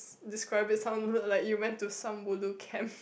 describe it sound you like you went to some ulu camp